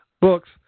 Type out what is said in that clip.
books